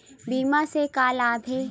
बीमा से का लाभ हे?